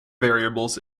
variables